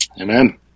Amen